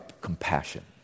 compassion